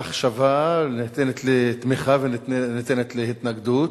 למחשבה, ניתנת לתמיכה וניתנת להתנגדות.